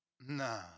Nah